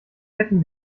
hätten